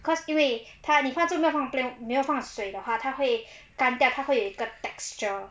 cause 因为它你放进那个 plain 没有放水的话他会干掉它会有一个 texture